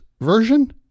version